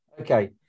Okay